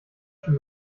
schon